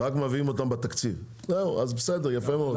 רק מביאים אותם בתקציב, זהו, אז בסדר יפה מאוד.